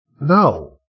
No